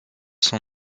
son